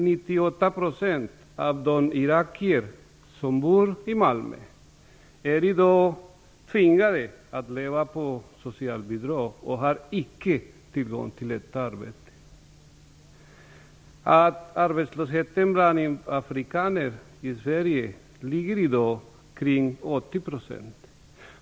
98 % av de irakier som bor i Malmö är i dag tvingade att leva på socialbidrag och har icke tillgång till ett arbete. Arbetslösheten bland afrikaner i Sverige ligger i dag på omkring 80 %.